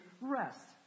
rest